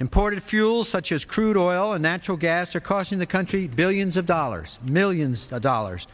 imported fuel such as crude oil and natural gas are costing the cunt billions of dollars millions of dollars